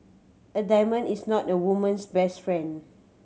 a diamond is not a woman's best friend